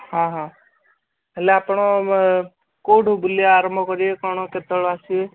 ହଁ ହଁ ହେଲେ ଆପଣ କେଉଁଠୁ ବୁଲିବା ଆରମ୍ଭ କରିବେ କ'ଣ କେତେବେଳେ ଆସିବେ